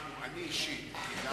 אני אישית אישרתי